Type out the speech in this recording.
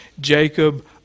Jacob